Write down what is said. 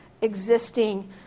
existing